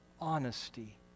honesty